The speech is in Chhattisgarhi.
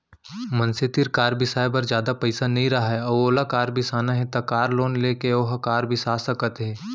मनसे तीर कार बिसाए बर जादा पइसा नइ राहय अउ ओला कार बिसाना हे त कार लोन लेके ओहा कार बिसा सकत हे